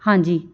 ਹਾਂਜੀ